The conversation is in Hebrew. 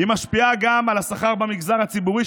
היא משפיעה גם על השכר במגזר הציבורי,